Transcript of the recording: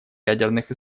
ядерных